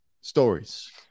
stories